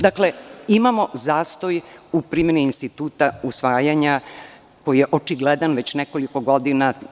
Dakle, imamo zastoj u primeni instituta usvajanja koji je očigledan već nekoliko godina.